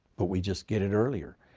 but we just get it earlier.